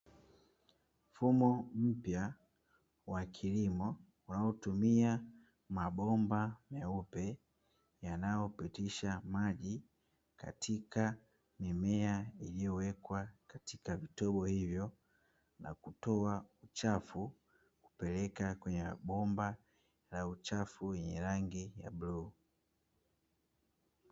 Mfumo mpya wa kilimo unaotumia mabomba meupe yananayopitisha maji katika mimea, iliyowekwa katika vitobo hivyo na kutoa uchafu na kupeleka kwenye mabomba la uchafu lenye rangi ya bluu.